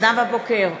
נאוה בוקר,